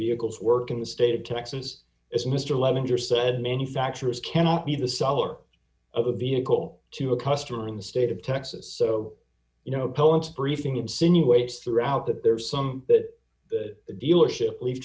vehicles work in the state of texas as mr levin just said manufacturers cannot be the seller of a vehicle to a customer in the state of texas so you know poets briefing insinuates throughout that there d are some that the dealership leaves